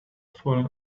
fallen